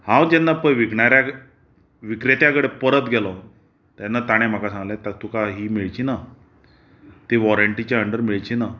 हांव जेन्ना पळय विकणाऱ्याक विक्रेत्या कडेन परत गेलो तेन्ना ताणें म्हाका सांगलें तर तुका ही मेळचिना ती वाॅरेंटिच्या अंडर मेळचिना